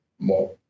more